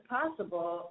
possible